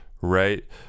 Right